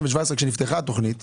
כשנפתחה התוכנית